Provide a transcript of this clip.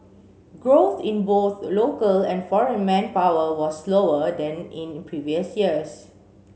growth in both local and foreign manpower was slower than in previous years